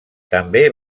també